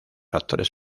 actores